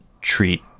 treat